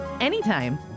anytime